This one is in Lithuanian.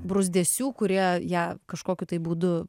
bruzdesių kurie ją kažkokiu būdu